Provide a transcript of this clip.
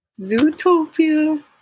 Zootopia